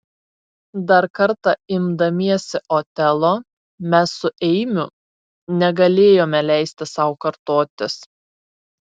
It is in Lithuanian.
dar kartą imdamiesi otelo mes su eimiu negalėjome leisti sau kartotis